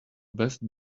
best